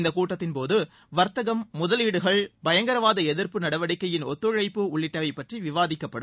இந்த கூட்டத்தின்போது வர்த்தகம் முதவீடுகள் பயங்கரவாத எதிர்ப்பு நடவடிக்கையின் ஒத்துழைப்பு உள்ளிட்டவை பற்றி விவாதிக்கப்படும்